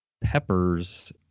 peppers